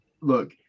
Look